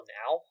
now